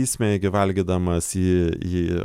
įsmeigi valgydamas į į